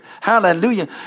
hallelujah